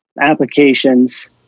applications